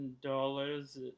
dollars